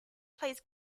plays